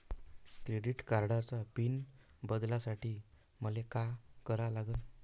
Credit कार्डाचा pin बदलासाठी मले का करा लागन?